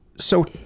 so,